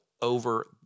over